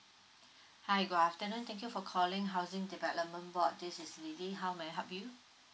hi good afternoon thank you for calling housing development board this is lily how may I help you